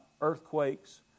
earthquakes